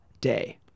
day